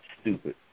stupid